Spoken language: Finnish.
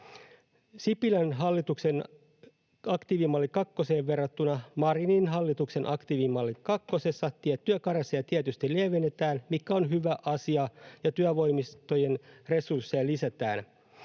Sipilän hallituksen aktiivimalli kakkoseen verrattuna Marinin hallituksen aktiivimalli kakkosessa tiettyjä karensseja tietysti lievennetään, mikä on hyvä asia, ja työvoimatoimistojen resursseja lisätään.